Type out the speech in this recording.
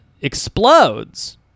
explodes